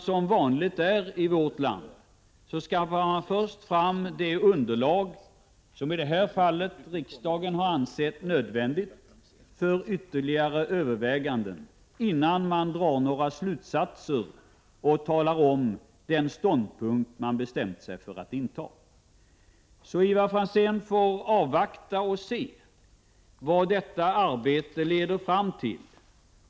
Som brukligt är i vårt land skaffar man först fram det underlag som riksdagen i detta fall har ansett vara nödvändigt för ytterligare överväganden innan man drar några slutsatser eller intar någon bestämd ståndpunkt. Ivar Franzén får därför avvakta och se vad det arbetet leder fram till.